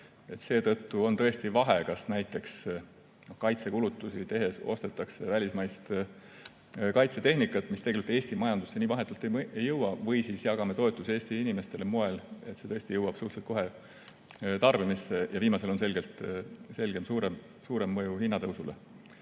Seetõttu on tõesti vahe, kas näiteks kaitsekulutusi tehes ostetakse välismaist kaitsetehnikat, mis tegelikult Eesti majandusse nii vahetult ei jõua, või siis jagame toetust Eesti inimestele moel, et see tõesti jõuab suhteliselt kohe tarbimisse. Viimasel on selgelt suurem mõju hinnatõusule.